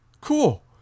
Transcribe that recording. cool